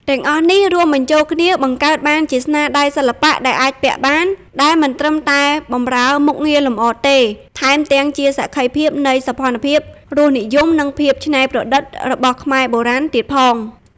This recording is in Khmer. ទាំងអស់នេះរួមបញ្ចូលគ្នា បង្កើតបានជាស្នាដៃសិល្បៈដែលអាចពាក់បាន ដែលមិនត្រឹមតែបម្រើមុខងារលម្អទេ ថែមទាំងជាសក្ខីភាពនៃសោភ័ណភាព រសនិយម និងភាពច្នៃប្រឌិតរបស់ខ្មែរបុរាណទៀតផង។